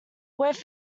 which